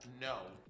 No